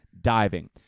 diving